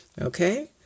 Okay